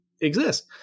exist